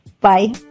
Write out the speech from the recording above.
Bye